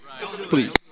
Please